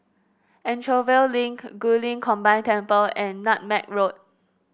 Anchorvale Link Guilin Combined Temple and Nutmeg Road